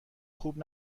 خوب